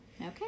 Okay